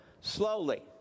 Slowly